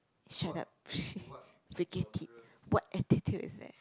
shut up forget it what attitude is that